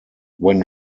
when